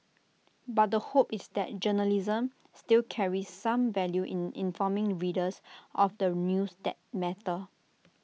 but the hope is that journalism still carries some value in informing readers of the news that matter